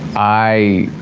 i